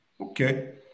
Okay